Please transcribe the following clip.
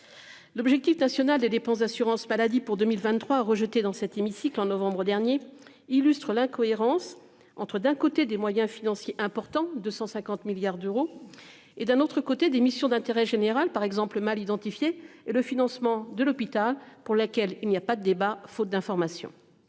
L'objectif national des dépenses d'assurance maladie pour 2023 rejeté dans cet hémicycle en novembre dernier, illustre l'incohérence entre d'un côté des moyens financiers importants de 150 milliards d'euros et d'un autre côté, des missions d'intérêt général, par exemple le mal identifié et le financement de l'hôpital pour laquelle il n'y a pas de débat. Faute d'information.--